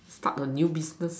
start a new business